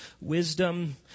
wisdom